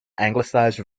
anglicized